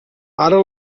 ara